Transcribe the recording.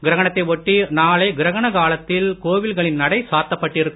கிரகணத்தை ஒட்டி நாளை கிரகண காலத்தில் கோவில்களின் நடை சாத்தப்பட்டிருக்கும்